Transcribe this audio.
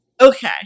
Okay